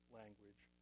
language